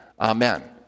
Amen